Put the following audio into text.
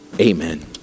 amen